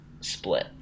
split